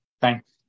thanks